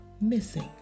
missing